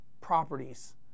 properties